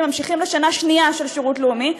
ממשיכים לשנה שנייה של שירות לאומי,